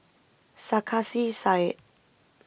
Sarkasi Said